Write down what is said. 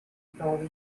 prove